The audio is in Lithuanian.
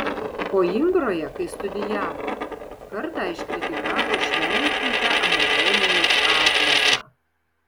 koimbroje kai studijavo kartą iškritikavo šventintą anatomijos atlasą